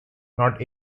not